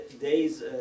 days